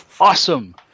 awesome